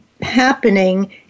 happening